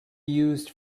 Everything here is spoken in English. used